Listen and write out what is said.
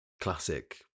classic